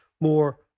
more